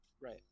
Right